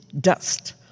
dust